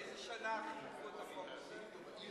באיזו שנה חוקקו את החוק הזה?